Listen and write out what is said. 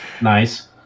Nice